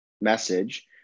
message